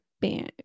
Bam